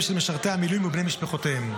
של משרתי המילואים ובני משפחותיהם.